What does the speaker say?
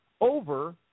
over